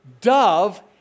dove